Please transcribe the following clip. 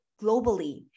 globally